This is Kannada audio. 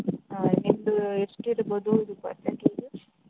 ಹಾಂ ನಿಮ್ಮದು ಎಷ್ಟಿರ್ಬೋದು ಇದು ಪರ್ಸೆಂಟೇಜ್